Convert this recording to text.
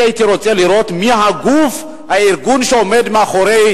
אני הייתי רוצה לראות מי הארגון שעומד מאחורי